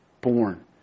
born